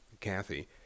Kathy